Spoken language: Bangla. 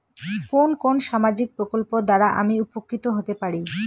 কোন কোন সামাজিক প্রকল্প দ্বারা আমি উপকৃত হতে পারি?